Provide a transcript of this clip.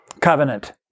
covenant